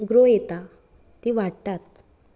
grow येता ती वाडटात